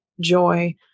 joy